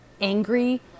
angry